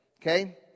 Okay